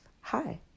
hi